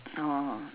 orh